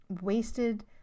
wasted